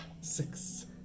Six